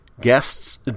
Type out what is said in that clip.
Guests